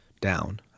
down